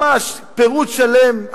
ממש פירוט שלם,